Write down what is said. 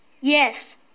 Yes